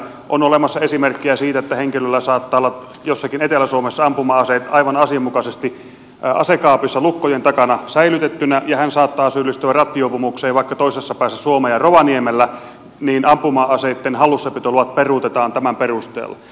on olemassa esimerkkejä siitä että henkilöllä saattaa olla jossakin etelä suomessa ampuma aseet aivan asianmukaisesti asekaapissa lukkojen takana säilytettynä ja hän saattaa syyllistyä rattijuopumukseen vaikka toisessa päässä suomea rovaniemellä ja ampuma aseitten hallussapitoluvat peruutetaan tämän perusteella